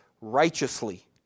righteously